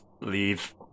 leave